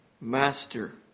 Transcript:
Master